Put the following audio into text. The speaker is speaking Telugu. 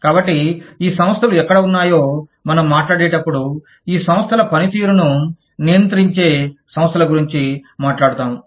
కాబట్టి ఈ సంస్థలు ఎక్కడ ఉన్నాయో మనం మాట్లాడేటప్పుడు ఈ సంస్థల పనితీరును నియంత్రించే సంస్థల గురించి మాట్లాడుతాము